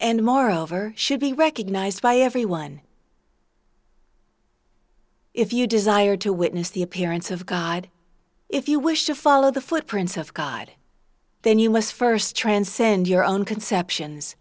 and moreover should be recognized by everyone if you desire to witness the appearance of god if you wish to follow the footprints of god then you must st transcend your own conceptions